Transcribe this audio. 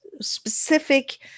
specific